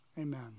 amen